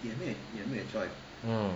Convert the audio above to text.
mm